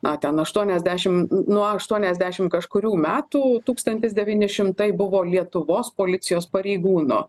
na ten aštuoniasdešim nuo aštuoniasdešim kažkurių metų tūkstantis devyni šimtai buvo lietuvos policijos pareigūnu